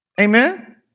Amen